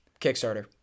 Kickstarter